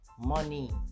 Money